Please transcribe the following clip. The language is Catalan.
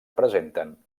presenten